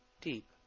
Deep